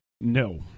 No